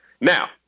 Now